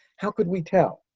how could we tell?